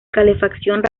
calefacción